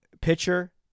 pitcher